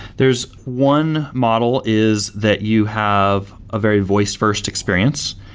there's one model is that you have a very voice-first experience.